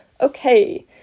Okay